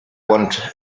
want